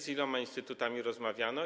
Z iloma instytutami rozmawiano?